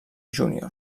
júnior